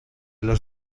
los